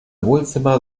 wohnzimmer